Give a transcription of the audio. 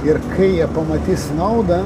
ir kai jie pamatys naudą